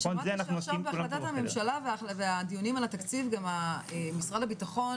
ושמעת שעכשיו בהחלטת הממשלה והדיונים על התקציב גם משרד הביטחון